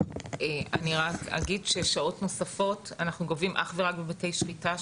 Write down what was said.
אני רק אגיד ששעות נוספות אנחנו גובים אך ורק בבתי שחיטה,